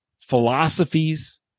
philosophies